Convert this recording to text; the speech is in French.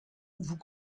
vous